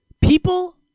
people